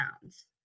pounds